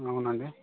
అవునండి